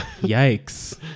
yikes